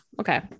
Okay